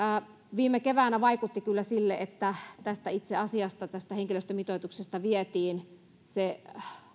viime keväänä vaikutti kyllä siltä että tästä itse asiasta tästä henkilöstömitoituksesta vietiin se